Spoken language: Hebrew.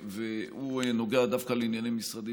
והוא נוגע דווקא לענייני משרדי,